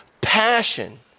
passion